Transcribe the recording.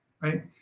Right